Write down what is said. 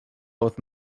both